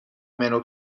منو